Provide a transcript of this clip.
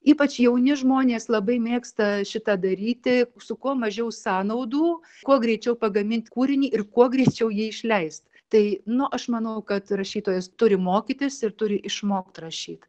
ypač jauni žmonės labai mėgsta šitą daryti su kuo mažiau sąnaudų kuo greičiau pagamint kūrinį ir kuo greičiau jį išleist tai nu aš manau kad rašytojas turi mokytis ir turi išmokt rašyt